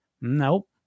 Nope